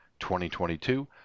2022